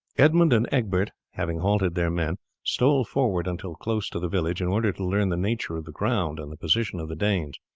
edmund and egbert having halted their men stole forward until close to the village in order to learn the nature of the ground and the position of the danes.